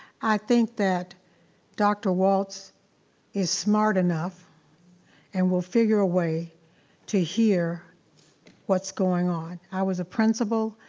i think that dr. walts is smart enough and will figure a way to hear what's going on. i was a principal,